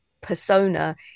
persona